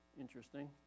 interesting